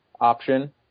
option